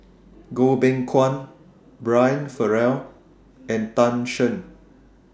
Goh Beng Kwan Brian Farrell and Tan Shen